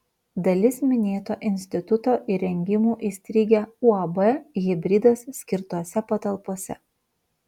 dalis minėto instituto įrengimų įstrigę uab hibridas skirtose patalpose